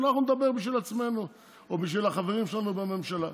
אנחנו נדבר בשביל עצמנו או בשביל החברים שלנו בממשלה.